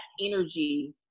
energy